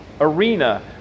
arena